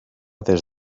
des